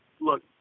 look